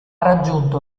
raggiunto